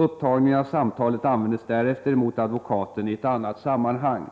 Upptagningen av samtalet användes därefter emot advokaten i ett annat sammanhang.